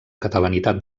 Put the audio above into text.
catalanitat